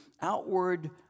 outward